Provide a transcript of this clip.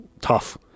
tough